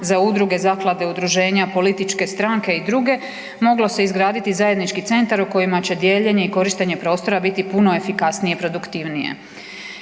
za udruge, zaklade, udruženja, političke stranke i druge moglo se izgraditi zajednički centar u kojima će dijeljenje i korištenje prostora biti puno efikasnije i produktivnije.